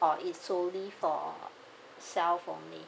or it's solely for self only